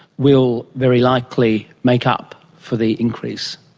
will very likely make up for the increase.